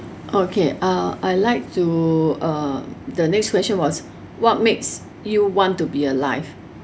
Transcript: okay uh I like to uh the next question was what makes you want to be alive